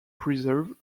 preserve